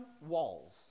walls